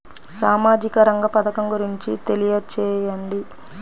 సామాజిక రంగ పథకం గురించి తెలియచేయండి?